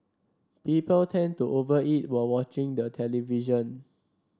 people tend to over eat while watching the television